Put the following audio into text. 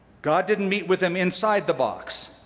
god didn't meet with them inside the box